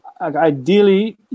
ideally